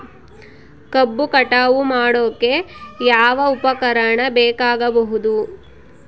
ಕಬ್ಬು ಕಟಾವು ಮಾಡೋಕೆ ಯಾವ ಉಪಕರಣ ಬೇಕಾಗಬಹುದು?